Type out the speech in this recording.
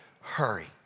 hurry